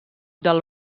del